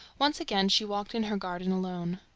once again she walked in her garden alone.